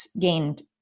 gained